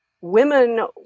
women